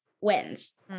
wins